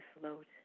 float